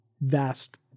vast